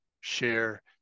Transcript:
share